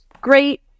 great